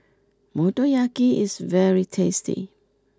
Motoyaki is very tasty